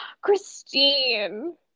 Christine